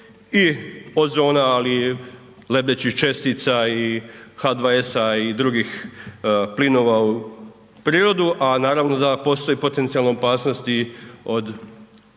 i ozona ali i lebdećih čestica i H2S-a i drugih plinova u prirodu. A naravno da postoji potencijalna opasnost i od